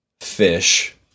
fish